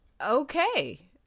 Okay